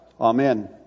Amen